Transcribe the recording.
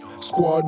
Squad